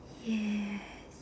yes